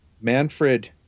Manfred